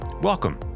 welcome